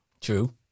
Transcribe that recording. True